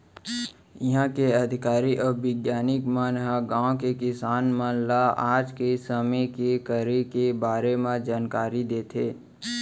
इहॉं के अधिकारी अउ बिग्यानिक मन ह गॉंव के किसान मन ल आज के समे के करे के बारे म जानकारी देथे